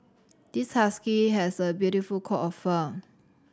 this husky has a beautiful coat of fur